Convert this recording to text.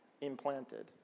implanted